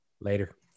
Later